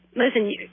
Listen